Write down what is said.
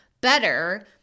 better